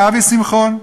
אבי שמחון,